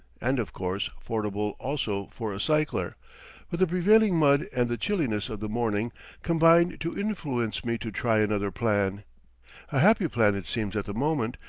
and, of course, fordable also for a cycler but the prevailing mud and the chilliness of the morning combine to influence me to try another plan. a happy plan it seems at the moment,